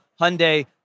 Hyundai